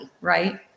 right